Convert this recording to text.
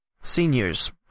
seniors